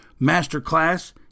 masterclass